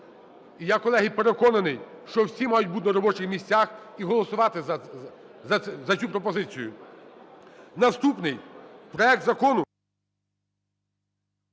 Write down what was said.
я, колеги, переконаний, що всі мають бути на робочих місцях і голосувати за цю пропозицію. Наступний проект Закону